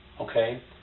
okay